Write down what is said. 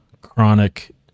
chronic